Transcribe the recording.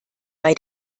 bei